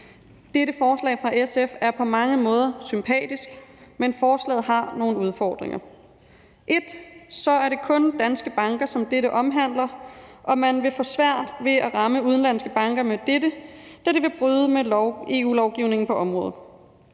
Dette forslag fra SF er på mange måder sympatisk, men forslaget har nogle udfordringer. Først og fremmest er det kun danske banker, som dette omhandler, og man vil få svært ved at ramme udenlandske banker med dette, da det vil bryde med EU-lovgivningen på området.